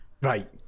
right